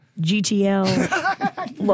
GTL